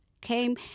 came